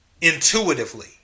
Intuitively